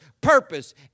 purpose